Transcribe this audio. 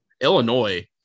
Illinois